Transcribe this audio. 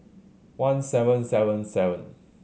one seven seven seven